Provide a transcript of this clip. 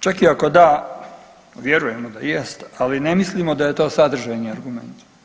čak i ako da, vjerujemo da jest, ali ne mislimo da je to sadržajni argument.